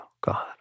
God